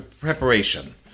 preparation